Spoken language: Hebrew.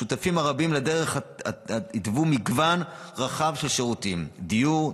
השותפים הרבים לדרך התוו מגוון רחב של שירותים: דיור,